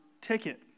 ticket